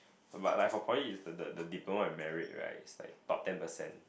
but like for poly is the the the diploma with merit right is like the top ten percent